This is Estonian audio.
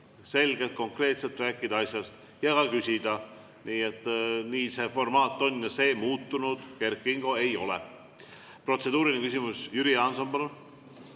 selgelt, konkreetselt rääkida asjast ja ka küsida. Nii see formaat on ja see muutunud, Kert Kingo, ei ole. Protseduuriline küsimus, Jüri Jaanson,